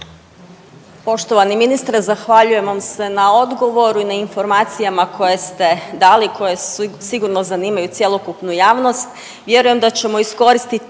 Poštovani ministre, zahvaljujem vam se na odgovoru i na informacijama koje ste dali i koje sigurno zanimaju cjelokupnu javnost.